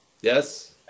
Yes